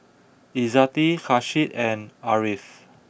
Izzati Kasih and Ariff